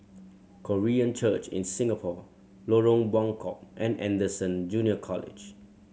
Korean Church in Singapore Lorong Buangkok and Anderson Junior College